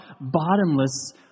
bottomless